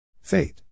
Fate